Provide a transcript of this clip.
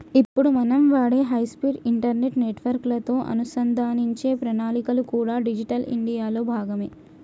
ఇప్పుడు మనం వాడే హై స్పీడ్ ఇంటర్నెట్ నెట్వర్క్ లతో అనుసంధానించే ప్రణాళికలు కూడా డిజిటల్ ఇండియా లో భాగమే